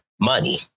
Money